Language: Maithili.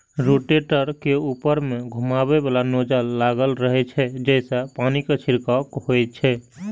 रोटेटर के ऊपर मे घुमैबला नोजल लागल रहै छै, जइसे पानिक छिड़काव होइ छै